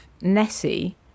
Nessie